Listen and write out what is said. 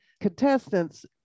contestants